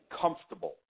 comfortable